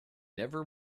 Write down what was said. never